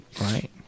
Right